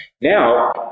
Now